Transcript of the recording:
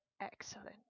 excellent